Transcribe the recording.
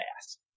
fast